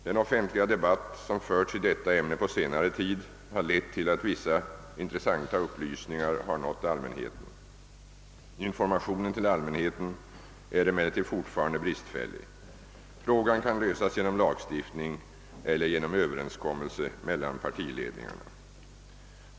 Den offentliga debatt som förts i detta ämne på senare tid har lett till att vissa intressanta upplysningar har nått allmänheten. Informationen till allmänheten är emellertid fortfarande bristfällig. Frågan kan lösas genom lagstiftning eller genom överenskommelse mellan partiledningarna.